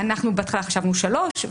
אנחנו בהתחלה חשבנו שלוש שנים,